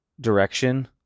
direction